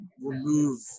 remove